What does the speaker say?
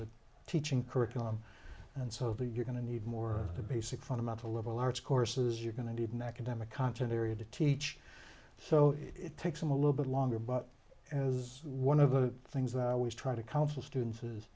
a teaching curriculum and so if you're going to need more of the basic fundamental level arts courses you're going to need an academic content area to teach so it takes them a little bit longer but as one of the things that i always try to counsel students is